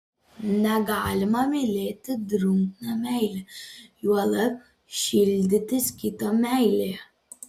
negalima mylėti drungna meile juolab šildytis kito meilėje